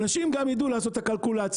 אנשים גם ידעו לעשות את החישוב.